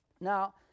Now